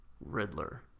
Riddler